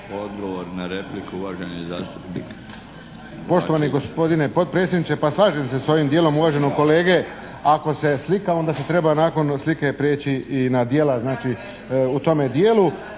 Odgovor na repliku poštovana zastupnica